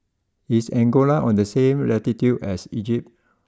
is Angola on the same latitude as Egypt